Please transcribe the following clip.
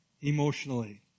emotionally